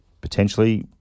potentially